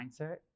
mindset